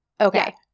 Okay